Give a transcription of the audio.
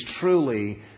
truly